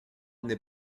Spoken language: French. n’est